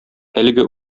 әлеге